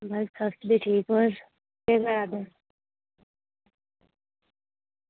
बस अस बी ठीक बस केह् करा दे